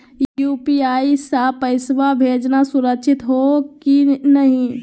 UPI स पैसवा भेजना सुरक्षित हो की नाहीं?